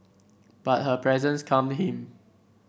but her presence calmed him